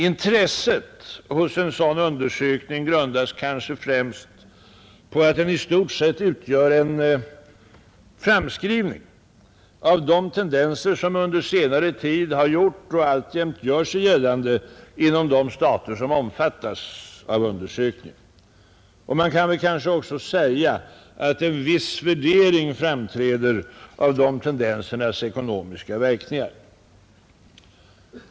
Intresset hos en sådan undersökning grundas kanske främst på att den i stort sett utgör en framskrivning av de tendenser som under senare tid har gjort och alltjämt gör sig gällande inom de stater som omfattas av undersökningen. Man kan väl också säga att en viss värdering framträder av de tendensernas ekonomiska verkningar.